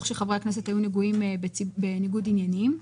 שחברי הכנסת היו נגועים בניגוד עניינים.